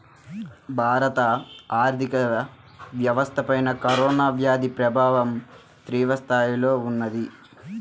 భారత ఆర్థిక వ్యవస్థపైన కరోనా వ్యాధి ప్రభావం తీవ్రస్థాయిలో ఉన్నది